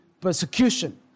persecution